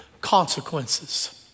consequences